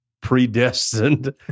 predestined